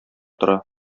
тора